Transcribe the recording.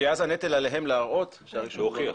כי אז הנטל עליהם להראות שהרישום לא נכון.